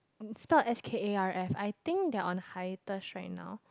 spelt S K A R F I think they are on hiatus right now